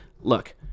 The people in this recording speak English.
Look